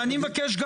ואני מבקש גם